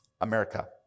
America